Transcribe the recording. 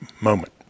moment